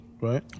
Right